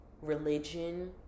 religion